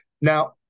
Now